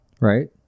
right